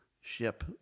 ship